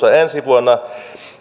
on tulossa ensi vuonna